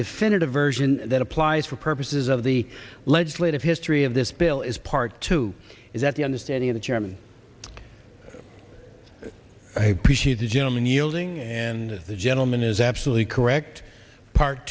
definitive version that applies for purposes of the legislative history of this bill is part two is that the understanding of the chairman i appreciate the gentleman yielding and the gentleman is absolutely correct part